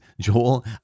Joel